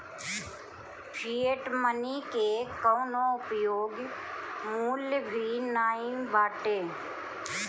fiat money के कवनो उपयोग मूल्य भी नाइ बाटे